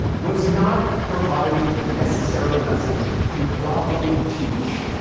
was not providing the necessary lessons to properly teach.